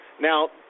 Now